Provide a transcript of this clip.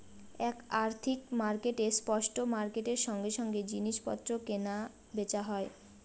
এক আর্থিক মার্কেটে স্পট মার্কেটের সঙ্গে সঙ্গে জিনিস পত্র কেনা বেচা হয়